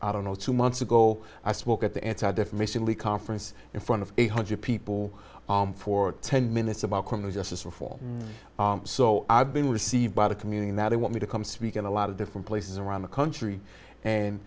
i don't know two months ago i spoke at the anti defamation league conference in front of eight hundred people for ten minutes about criminal justice reform so i've been received by the community that they want me to come speak in a lot of different places around the country and